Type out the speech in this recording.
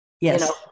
Yes